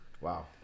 Wow